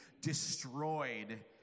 destroyed